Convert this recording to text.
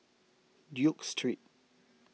Duke Street